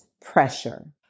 pressure